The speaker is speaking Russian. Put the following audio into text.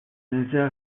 нельзя